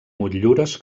motllures